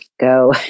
go